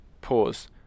Pause